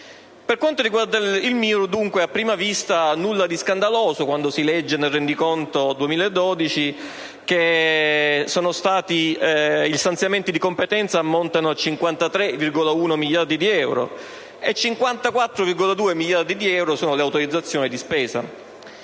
Per quanto riguarda il MIUR, dunque, a prima vista nulla di scandaloso quando si legge nel rendiconto del 2012 che gli stanziamenti di competenza ammontano a 53,1 miliardi di euro e 54,2 miliardi di euro sono le autorizzazioni di spesa.